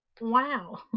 Wow